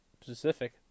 specific